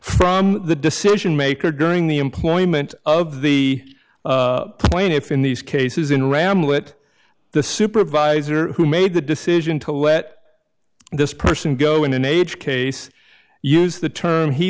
from the decision maker during the employment of the plaintiff in these cases in ramla it the supervisor who made the decision to let this person go in the nature case use the term he